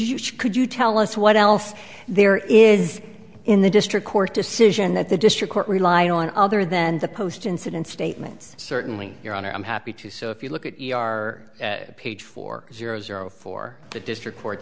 you could you tell us what else there is in the district court decision that the district court rely on other than the post incident statements certainly your honor i'm happy to so if you look at our page four zero zero four the district